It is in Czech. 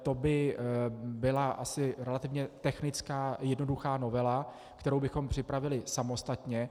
To by byla asi relativně technická jednoduchá novela, kterou bychom připravili samostatně.